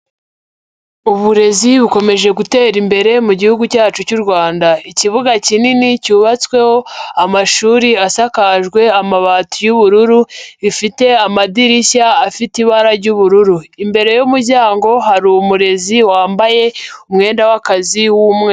Uburezi bukomeje gutera imbere mu gihugu cyacu cy'u Rwanda, ikibuga kinini cyubatsweho amashuri asakajwe amabati y'ubururu, gifite amadirishya afite ibara ry'ubururu, imbere y'umuryango hari umurezi wambaye umwenda w'akazi w'umweru.